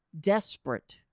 desperate